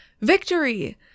victory